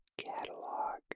catalog